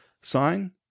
sign